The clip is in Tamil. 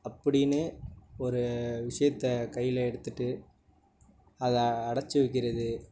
அப்படின்னு ஒரு விஷியத்தை கையில் எடுத்துகிட்டு அதை அடைச்சி வைக்கிறது